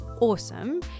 awesome